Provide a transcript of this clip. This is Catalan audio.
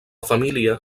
família